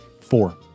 Four